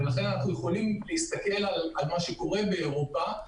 לכן ניתן להסתכל על מה שקורה באירופה,